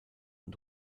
und